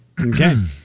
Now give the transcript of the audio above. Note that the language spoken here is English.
Okay